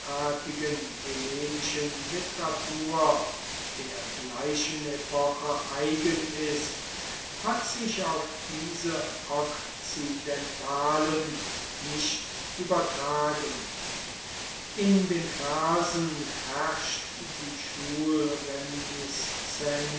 hellenischen literatur der gleichen epoche eigen ist hat sich auf diese okzidentalen nicht übertragen in den versen herrscht die